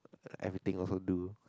everything also do